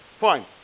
fine